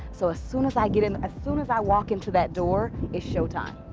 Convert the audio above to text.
so as soon as i get in, as soon as i walk into that door, it's showtime.